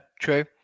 true